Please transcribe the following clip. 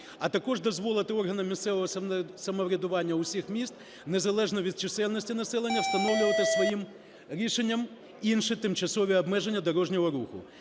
а також дозволити органам місцевого самоврядування усіх міст незалежно від чисельності населення встановлювати своїм рішенням інші тимчасові обмеження дорожнього руху.